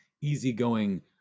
easygoing